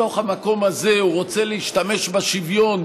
מתוך המקום הזה הוא רוצה להשתמש בשוויון,